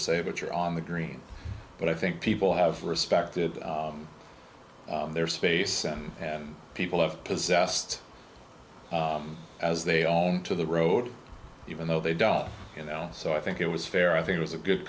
sale but you're on the green but i think people have respected their space and and people have possessed as they own to the road even though they don't you know so i think it was fair i think it was a good